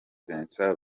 vincent